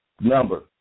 number